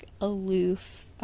aloof